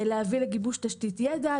היא להביא לגיבוש תשתית ידע,